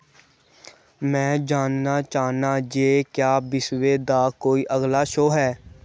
मै जानना चाह्न्नां जे क्या बिस्वे दा कोई अगला शो है